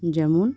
যেমন